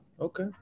Okay